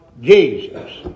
Jesus